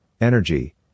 energy